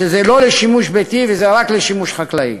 שזה לא לשימוש ביתי וזה רק לשימוש חקלאי.